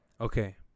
Okay